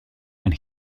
and